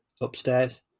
upstairs